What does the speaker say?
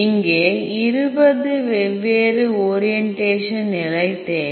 இங்கே இருபது வெவ்வேறு ஓரியன்டேஷன் நிலை தேவை